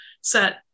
set